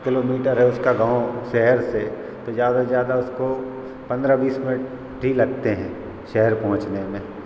kilometre है उसका गाँव शहर से तो ज़्यादा से ज़्यादा उसको पंद्रह बीस मिनट ही लगते हैं शहर पहुँचने में